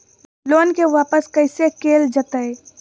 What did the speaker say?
Loan के वापस कैसे कैल जतय?